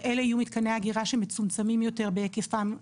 אלה יהיו מתקני האגירה שמצומצמים יותר בהיקפם,